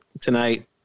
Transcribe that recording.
tonight